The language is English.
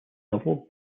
novel